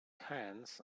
hens